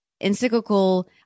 encyclical